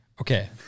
Okay